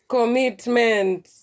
Commitment